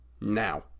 now